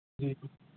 جی